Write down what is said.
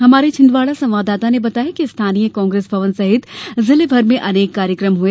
हमारे छिंदवाड़ा संवाददाता ने बताया है कि स्थानीय कांग्रेस भवन सहित जिले भर में अनेक कार्यक्रम हुए